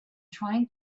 trying